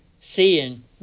seeing